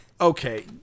Okay